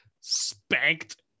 spanked